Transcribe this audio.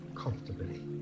comfortably